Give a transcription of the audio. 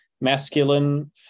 masculine